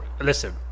listen